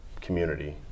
community